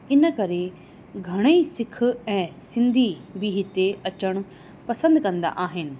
इनकरे घणेई सिख ऐं सिंधी बि हिते अचण पसंदि कंदा आहिनि